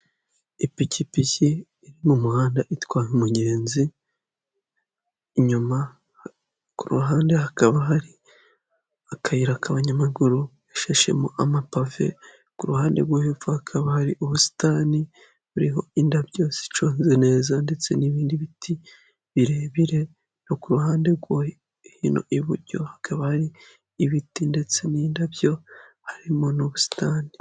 Ipikipiki iri mu muhanda itwaye umugenzi inyuma, ku ruhande hakaba hari akayira k'abanyamaguru gashashemo amapave, ku ruhande rwo hepfo hakaba hari ubusitani buriho indabyo ziconze neza ndetse n'ibindi biti birebire no ku ruhande rwo hino iburyo hakaba ari ibiti ndetse n'indabyo harimo n'ubusitani.